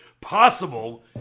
possible